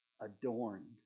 adorned